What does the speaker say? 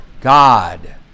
God